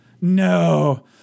No